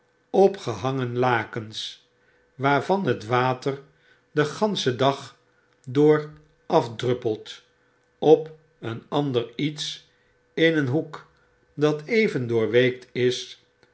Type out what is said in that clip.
opgehangen lakens waarvan het water den ganschen dag door afdruppelt op een ander lets in een hoek dat even doorweekt is